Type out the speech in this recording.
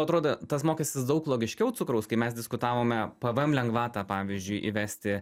atrodo tas mokestis daug logiškiau cukraus kai mes diskutavome pvm lengvatą pavyzdžiui įvesti